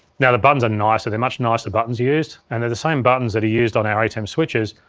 now, the buttons are nicer, they're much nicer buttons used, and they're the same buttons that are used on our atem switchers,